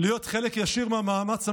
להיות חלק ישיר מהמאמץ המלחמתי,